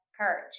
courage